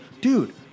dude